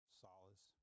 solace